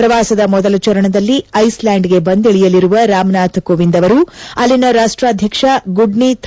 ಪ್ರವಾಸದ ಮೊದಲ ಚರಣದಲ್ಲಿ ಐಸ್ಲ್ಕಾಂಡ್ಗೆ ಬಂದಿಳಿಯಲಿರುವ ರಾಮನಾಥ್ ಕೋವಿಂದ್ ಅವರು ಅಲ್ಲಿನ ರಾಷ್ಟಾಧ್ವಕ್ಷ ಗುಡ್ನಿ ಥ